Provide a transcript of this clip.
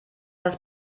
das